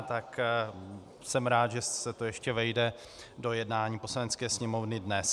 Tak jsem rád, že se to ještě vejde do jednání Poslanecké sněmovny dnes.